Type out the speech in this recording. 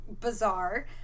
bizarre